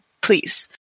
please